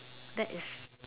that is